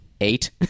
eight